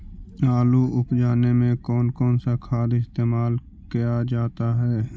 आलू उप जाने में कौन कौन सा खाद इस्तेमाल क्या जाता है?